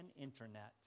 Internet